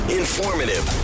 informative